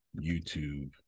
YouTube